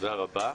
תודה רבה.